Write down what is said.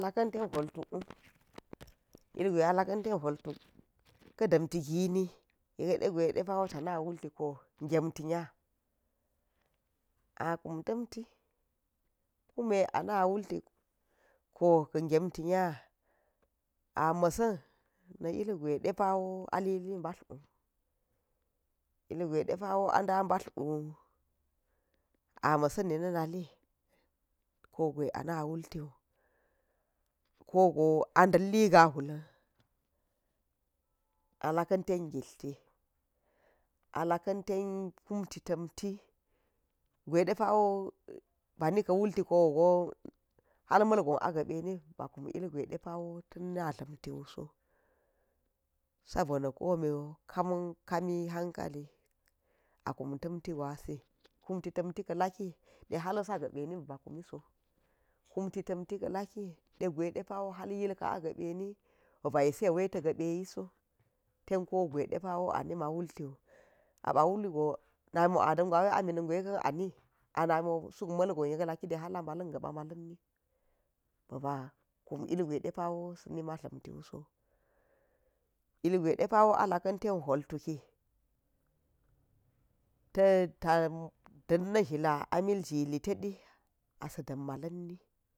Laka̱n tan hwol tuk’u, ilgwe a laka̱n ten lawol tuk ka̱ dam ti gini yek degwe depawo tuna wulti ko gemti nya a kum tam ti kume ana wulti ko ga̱ gem ti nya a ma̱sa̱n na̱ ilgwe depawo a lili mbatla wu ilgwe de pawo a da batla’u a ma̱ sa̱ni na̱ nali ko gwe a na wulti wu ko go a da̱li i ga hwula̱n a laka̱n ten ga̱tla a lakan ten kum ti tamti gwedepawo bani ka wulti kowu go hal mal gon a ga̱bemiba kum ilgwe depawo ta̱na dlam ti wu so, sabo na̱ komi wo kami hankali a kum ta̱mti gwasi kumtitimti ka̱ la̱ki yek hal sa ga̱ be mba kumi so kum ti tim ti ka̱ degwe dapawo hal yilka a ga̱ be ni bi ba yisiso bi bayise wai ta̱ ga̱ beyi so ten ko gwe depawo ani ma wulti wu namo a da̱nkwawe ko, amini gwe kan ani, anamo suk malgon yek laade hal a bala̱n ga̱ba̱ malami ba̱ ba kum ilgwe depawo sa̱ nima dla tiwu so, ilgwe depawo a laka̱n ten hwol tuki ta̱ ta da̱n na zhila a milji litedi a sa̱ dam ma lan ni.